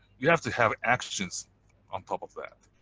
you have to have actions on top of that.